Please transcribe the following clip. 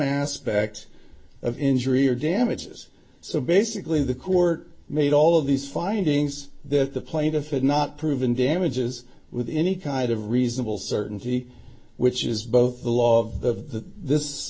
aspect of injury or damages so basically the court made all of these findings that the plaintiff and not proven damages with any kind of reasonable certainty which is both the law of th